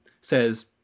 says